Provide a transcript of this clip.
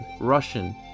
Russian